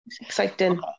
exciting